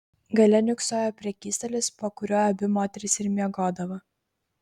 gale niūksojo prekystalis po kuriuo abi moterys ir miegodavo